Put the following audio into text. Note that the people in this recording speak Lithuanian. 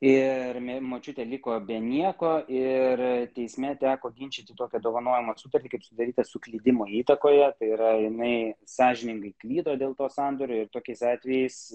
ir močiutė liko be nieko ir teisme teko ginčyti tokią dovanojimo sutartį kaip sudaryti suklydimo įtakoje tai yra jinai sąžiningai klydo dėl to sandorio tokiais atvejais